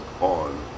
on